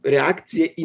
reakcija į